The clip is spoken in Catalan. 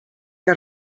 que